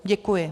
Děkuji.